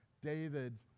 David